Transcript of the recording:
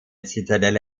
zitadelle